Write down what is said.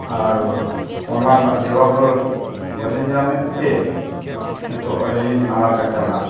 ᱟᱨ ᱚᱱᱟ ᱨᱮᱱᱟᱜ ᱡᱚᱵᱟᱵ ᱨᱩᱣᱟᱹᱲ ᱵᱟᱹᱞᱤᱧ ᱧᱟᱢᱮᱫᱼᱛᱮ ᱱᱤᱛᱚᱜ ᱟᱹᱰᱤᱞᱤᱧ ᱟᱱᱟᱴ ᱟᱠᱟᱱᱟ